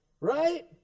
right